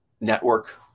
network